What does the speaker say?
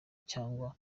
cyangwa